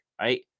right